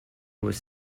was